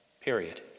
period